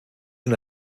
una